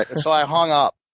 ah so i hung up,